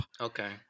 Okay